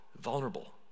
vulnerable